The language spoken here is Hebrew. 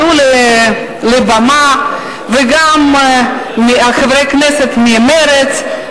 הם עלו לבמה, וגם חברי כנסת ממרצ,